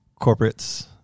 corporates